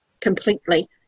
completely